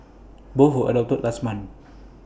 both were adopted last month